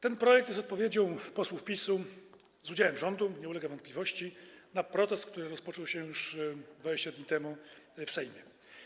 Ten projekt jest odpowiedzią posłów PiS-u, z udziałem rządu, to nie ulega wątpliwości, na protest, który rozpoczął się już 20 dni temu w Sejmie.